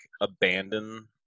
abandon